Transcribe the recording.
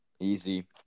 Easy